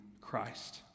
Christ